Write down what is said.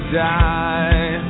die